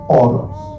orders